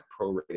prorated